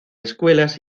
escuelas